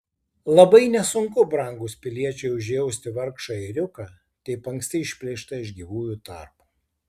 labai nesunku brangūs piliečiai užjausti vargšą ėriuką taip anksti išplėštą iš gyvųjų tarpo